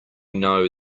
know